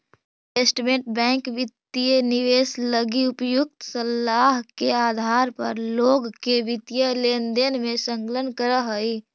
investment bank वित्तीय निवेश लगी उपयुक्त सलाह के आधार पर लोग के वित्तीय लेनदेन में संलग्न करऽ हइ